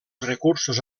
recursos